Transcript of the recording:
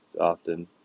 often